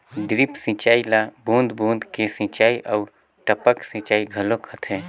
drip सिंचई ल बूंद बूंद के सिंचई आऊ टपक सिंचई घलो कहथे